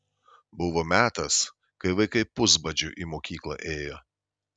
buvo metas kai vaikai pusbadžiu į mokyklą ėjo